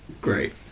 Great